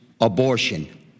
abortion